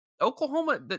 Oklahoma